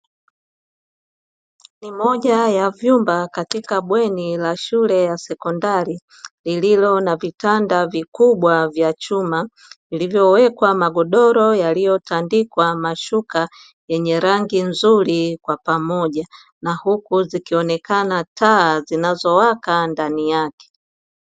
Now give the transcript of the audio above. Ni moja ya vyumba katika bweni la shule ya sekondari lililo na vitanda vikubwa vya chuma vilivyowekwa magodoro yaliyotandikwa mashuka yenye rangi nzuri kwa pamoja na huku zikionekana taa zinazowaka ndani yake.